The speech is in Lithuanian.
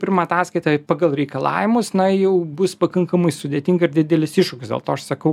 pirmą ataskaitą pagal reikalavimus na jau bus pakankamai sudėtinga ir didelis iššūkis dėl to aš sakau